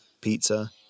pizza